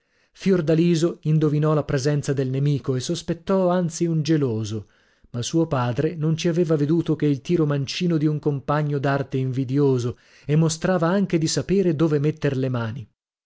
fiordaliso indovinò la presenza del nemico e sospettò anzi un geloso ma suo padre non ci aveva veduto che il tiro mancino di un compagno d'arte invidioso e mostrava anche di sapere dove metter le mani